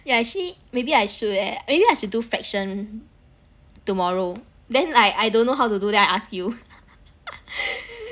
yeah actually maybe I should eh maybe I should do fraction tomorrow then I don't know how to do then I ask you